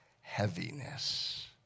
Heaviness